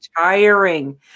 tiring